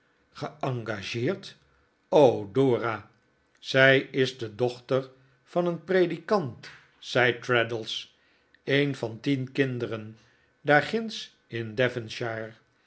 geengageerd o dora zij is de dochter van een predikant zei traddles een van tien kinderen daarginds in devonshire